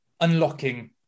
unlocking